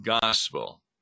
gospel